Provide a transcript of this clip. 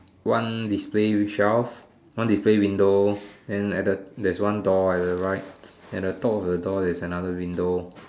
one display shelf one display window and at the there's one door at the right at the top of the door there's another window